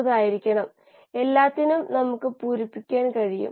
ചില കാര്യങ്ങൾ പെട്ടിക്കകത്ത് നടക്കുന്നു